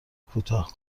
کوتاه